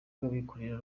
rw’abikorera